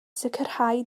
sicrhau